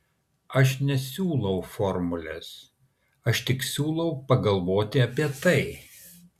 aš nesiūlau formulės aš tik siūlau pagalvoti apie tai